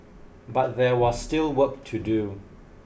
but there was still work to do